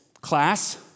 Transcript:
Class